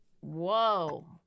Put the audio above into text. Whoa